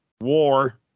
war